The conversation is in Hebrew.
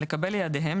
לקבל לידיהם,